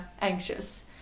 anxious